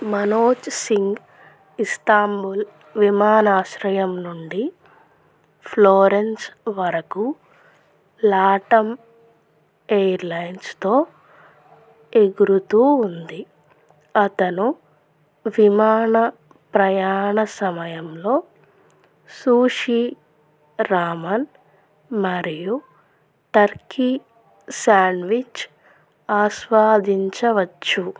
Manoj Singh Istanbul విమానాశ్రయం నుండి Florence వరకు లాటమ్ ఎయిర్లైన్స్తో ఎగురుతూ ఉంది అతను విమాన ప్రయాణ సమయంలో సుషీ రామన్ మరియు టర్కీ శాండ్విచ్ ఆస్వాదించవచ్చు